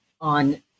on